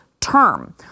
term